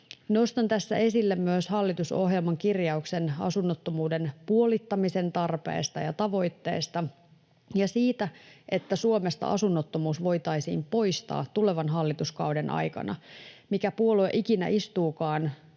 Nostan tässä esille myös hallitusohjelman kirjauksen asunnottomuuden puolittamisen tarpeesta ja tavoitteesta ja siitä, että Suomesta asunnottomuus voitaisiin poistaa tulevan hallituskauden aikana. Mikä puolue ikinä istuukaan